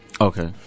Okay